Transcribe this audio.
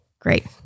Great